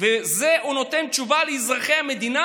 ואת זה הוא נותן כתשובה לאזרחי המדינה,